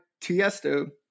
Tiesto